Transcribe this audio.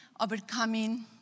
overcoming